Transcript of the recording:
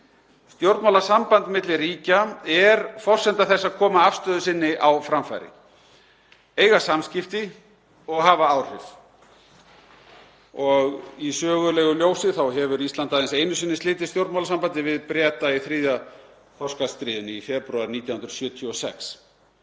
Stjórnmálasamband milli ríkja er forsenda þess að koma afstöðu sinni á framfæri, eiga samskipti og hafa áhrif. Í sögulegu ljósi hefur Ísland aðeins einu sinni slitið stjórnmálasambandi, þ.e. við Breta í þriðja þorskastríðinu í febrúar 1976.